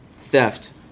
theft